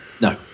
no